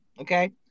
okay